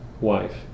wife